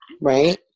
right